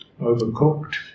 overcooked